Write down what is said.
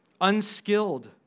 unskilled